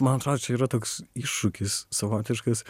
man atrodo čia yra toks iššūkis savotiškas